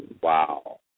Wow